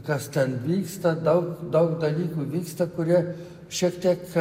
kas ten vyksta daug daug dalykų vyksta kurie šiek tiek